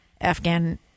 Afghan